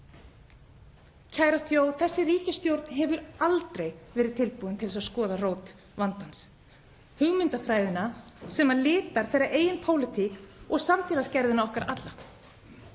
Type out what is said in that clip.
Kæra þjóð. Þessi ríkisstjórn hefur aldrei verið tilbúin til að skoða rót vandans, hugmyndafræðina sem litar þeirra eigin pólitík og samfélagsgerðina okkar alla.